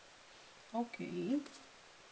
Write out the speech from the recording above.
okay